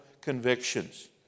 convictions